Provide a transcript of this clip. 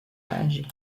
âgée